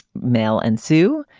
mel and sue.